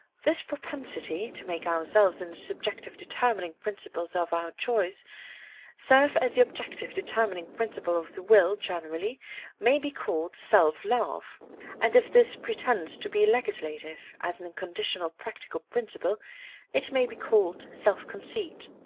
this propensity to make ourselves in the subjective determining principles of our choice serve as the objective determining principle of the will generally may be called self-love and if this pretends to be legislative as an unconditional practical principle it may be called self-conceit.